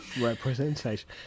Representation